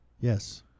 Yes